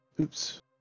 Oops